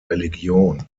religion